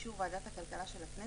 באישור ועדת הכלכלה של הכנסת,